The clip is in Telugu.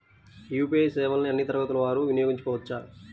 యూ.పీ.ఐ సేవలని అన్నీ తరగతుల వారు వినయోగించుకోవచ్చా?